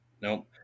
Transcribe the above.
Nope